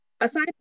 aside